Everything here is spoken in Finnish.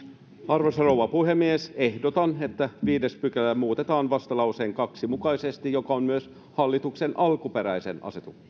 arvoisa rouva puhemies ehdotan että viides pykälä muutetaan vastalauseen kaksi mukaisesti mikä on myös hallituksen alkuperäisen